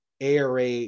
ARA